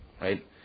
right